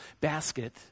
basket